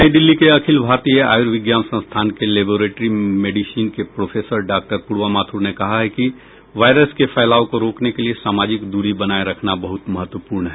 नई दिल्ली के अखिल भारतीय आयुर्विज्ञान संस्थान के लेबोरेट्री मेडिसन के प्रोफेसर डॉक्टर पूर्वा माथुर ने कहा है कि कोरोना वायरस के फैलाव को रोकने के लिए सामाजिक दूरी बनाए रखना बहुत महत्वपूर्ण है